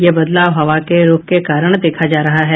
ये बदलाव हवा के रूख के कारण देखा जा रहा है